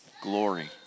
glory